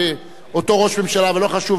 אמר: מה זה חשוב מה היה?